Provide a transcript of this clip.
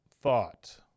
thought